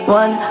one